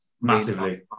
Massively